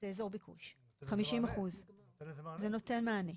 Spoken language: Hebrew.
זה אזור ביקוש 50% זה נותן מענה.